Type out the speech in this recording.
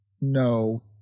no